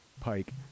pike